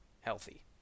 healthy